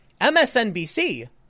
MSNBC